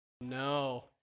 No